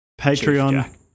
Patreon